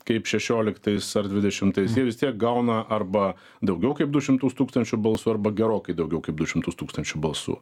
kaip šešioliktais ar dvidešimtais jie vis tiek gauna arba daugiau kaip du šimtus tūkstančių balsų arba gerokai daugiau kaip du šimtus tūkstančių balsų